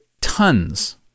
tons